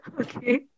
Okay